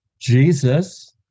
Jesus